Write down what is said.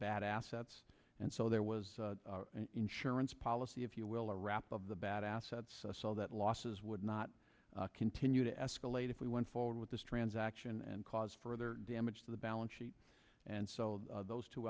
bad assets and so there was an insurance policy if you will a wrap of the bad assets so that losses would not continue to escalate if we went forward with this transaction and cause further damage to the balance sheet and so those two